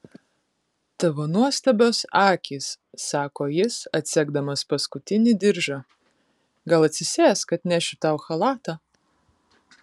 tavo nuostabios akys sako jis atsegdamas paskutinį diržą gal atsisėsk atnešiu tau chalatą